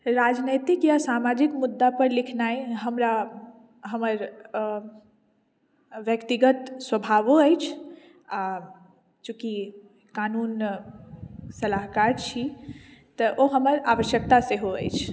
राजनैतिक या सामाजिक मुद्दा पर लिखनाइ हमरा हमर व्यक्तिगत स्वभावो अछि आ चूँकि कानून सलाहकार छी तऽ ओ हमर आवश्यकता सेहो अछि